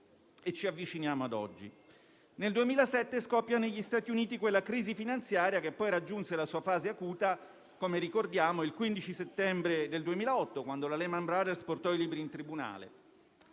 ci avviciniamo ad oggi. Nel 2007 scoppiò negli Stati Uniti quella crisi finanziaria che poi raggiunse la sua fase acuta, come ricordiamo, il 15 settembre 2008, quando Lehman Brothers portò i libri in tribunale.